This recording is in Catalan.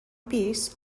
pis